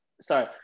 Sorry